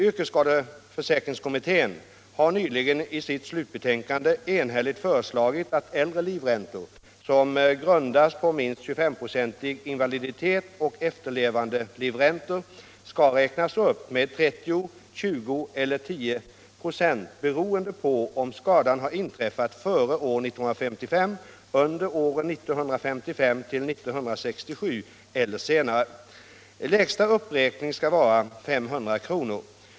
Yrkesskadeförsäkringskommittén har nyligen i sitt slutbetänkande enhälligt föreslagit att äldre egenlivräntor, som grundas på minst 25-procentig invaliditet, och efterlevandelivräntor skall räknas upp med 30, 20 eller 10 26 beroende på om skadan har inträffat före år 1955, under åren 1955-1967 eller senare. Lägsta uppräkning skall vara 500 kr.